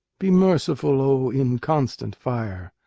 be merciful, o inconstant fire!